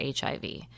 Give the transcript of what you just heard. HIV